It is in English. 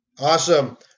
Awesome